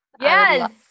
Yes